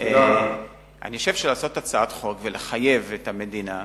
אני חושב שלעשות הצעת חוק ולחייב את המדינה,